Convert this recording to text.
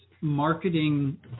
marketing